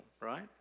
right